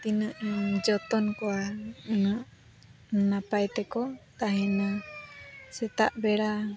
ᱛᱤᱱᱟᱹᱜ ᱮᱢ ᱡᱚᱛᱚᱱ ᱠᱚᱣᱟ ᱩᱱᱟᱹᱜ ᱱᱟᱯᱟᱭ ᱛᱮᱠᱚ ᱛᱟᱦᱮᱱᱟ ᱥᱮᱛᱟᱜ ᱵᱮᱲᱟ